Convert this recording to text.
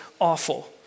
awful